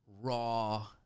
raw